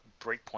Breakpoint